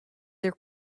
their